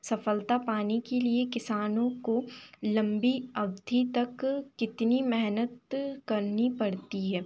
सफलता पाने के लिए किसानों को लम्बी अवधी तक कितनी मेहनत करनी पड़ती है